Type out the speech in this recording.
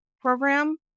program